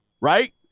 right